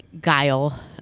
Guile